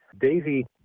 Daisy